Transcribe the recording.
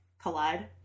Collide